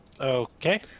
Okay